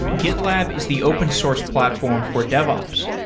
gitlab is the open source platform for devops.